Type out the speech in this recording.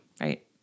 right